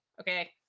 Okay